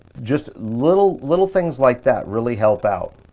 just little, little things like that really help out.